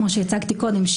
כמו שהצגתי קודם,